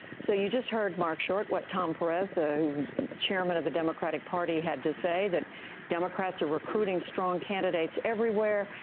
so, you just heard, marc short, what tom perez, the chairman of the democratic party, had to say, that democrats are recruiting strong candidates everywhere,